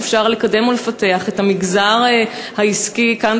אפשר לקדם ולפתח את המגזר העסקי כאן,